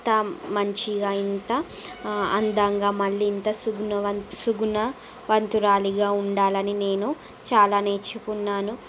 ఇంత మంచిగా ఇంత అందంగా మళ్ళీ ఇంత సుగుణవంత సుగుణవంతురాలిగా ఉండాలని నేను చాలా నేర్చుకున్నాను